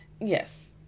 yes